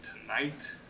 tonight